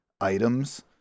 items